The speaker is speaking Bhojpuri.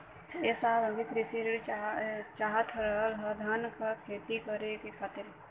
ए साहब हमके कृषि ऋण चाहत रहल ह धान क खेती करे खातिर कईसे मीली?